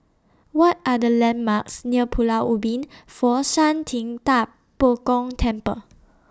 What Are The landmarks near Pulau Ubin Fo Shan Ting DA Bo Gong Temple